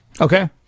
Okay